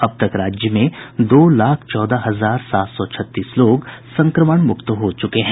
अब तक राज्य में दो लाख चौदह हजार सात सौ छत्तीस लोग संक्रमण मुक्त हो चुके हैं